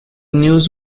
news